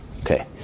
Okay